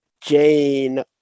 Jane